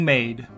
Made